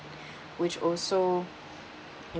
which also